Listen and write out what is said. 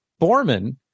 Borman